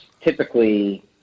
typically